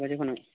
ᱪᱷᱚ ᱵᱟᱡᱮ ᱠᱷᱚᱱᱟᱜ